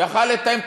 הוא יכול היה לתאם.